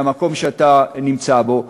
מהמקום שאתה נמצא בו,